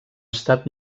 estat